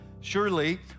Surely